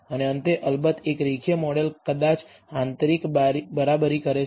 અને અંતે અલબત્ત એક રેખીય મોડેલ કદાચ આંતરિક બરાબરી કરે છે